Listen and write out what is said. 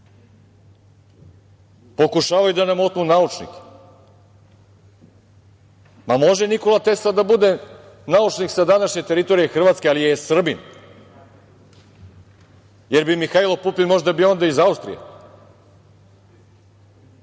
Pokušavaju da nam otmu naučnike. Može Nikola Tesla da bude naučnik sa današnje teritorije Hrvatske, ali je Srbin. Jel bi Mihajlo Pupin možda bio onda iz Austrije?